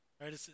right